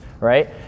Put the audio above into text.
right